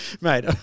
Mate